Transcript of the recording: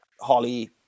Holly